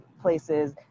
places